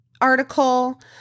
article